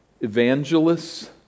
evangelists